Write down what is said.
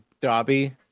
Dobby